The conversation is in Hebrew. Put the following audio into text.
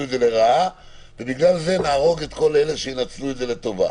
את זה לרעה ובגלל זה נהרוג את כל אלה שינצלו אותו לטובה